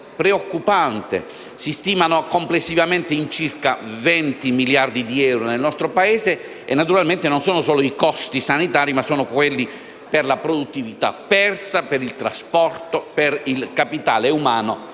si stimano complessivamente in circa 20 miliardi di euro nel nostro Paese. Naturalmente non ci sono solo i costi sanitari, ma ci sono anche quelli per la produttività persa, per il trasporto, per il capitale umano